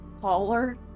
taller